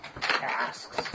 tasks